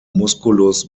musculus